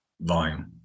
volume